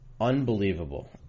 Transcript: unbelievable